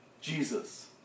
Jesus